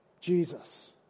Jesus